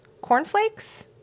cornflakes